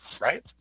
right